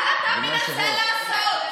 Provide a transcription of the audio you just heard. מה אתה מנסה לעשות?